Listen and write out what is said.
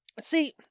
see